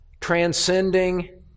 transcending